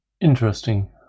Interesting